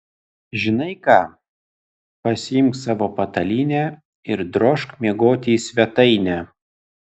žinai ką pasiimk savo patalynę ir drožk miegoti į svetainę